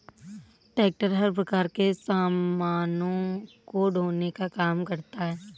tractor हर प्रकार के सामानों को ढोने का काम करता है